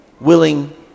willing